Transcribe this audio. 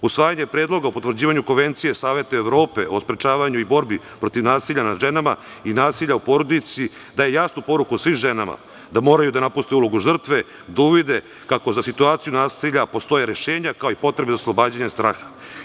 Usvajanje predloga o potvrđivanju Konvencije Saveta Evrope o sprečavanju i borbi protiv nasilja nad ženama i nasilja u porodici daje jasnu poruku svim ženama da moraju da napuste ulogu žrtve, da uvide kako za situaciju nasilja postoje rešenja, kao i potrebe oslobađanja straha.